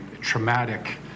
traumatic